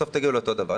בסוף תגיעו לאותו דבר.